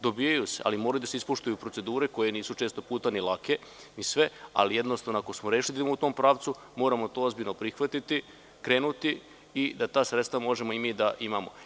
Dobijaju se, ali mora da se ispoštuju procedure koje nisu često puta ni lake, ali ako smo rešili da idemo u tom pravcu, to moramo ozbiljno prihvatiti, krenuti i da ta sredstva možemo i mi da imamo.